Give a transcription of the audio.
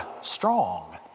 strong